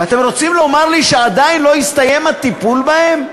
ואתם רוצים לומר לי שעדיין לא הסתיים הטיפול בהם?